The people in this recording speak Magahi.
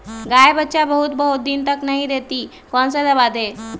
गाय बच्चा बहुत बहुत दिन तक नहीं देती कौन सा दवा दे?